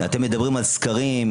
אתם מדברים על סקרים.